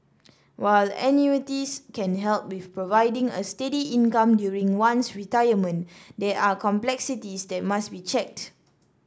while annuities can help with providing a steady income during one's retirement there are complexities that must be checked